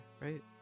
Right